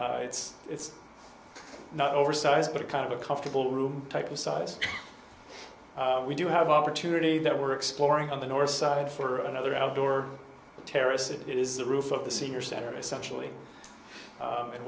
it's it's not oversized but a kind of a comfortable room type of size we do have opportunity that we're exploring on the north side for another outdoor terrace it is the roof of the senior center essentially